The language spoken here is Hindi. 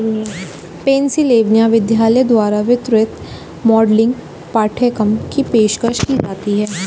पेन्सिलवेनिया विश्वविद्यालय द्वारा वित्तीय मॉडलिंग पाठ्यक्रम की पेशकश की जाती हैं